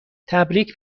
تبریک